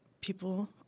people